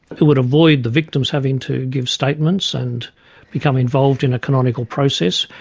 it would avoid the victims having to give statements and become involved in a canonical process,